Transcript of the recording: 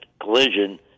collision